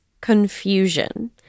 confusion